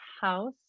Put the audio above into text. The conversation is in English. house